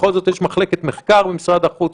בכל זאת יש מחלקת מחקר במשרד החוץ,